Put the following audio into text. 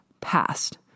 Past